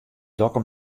dokkum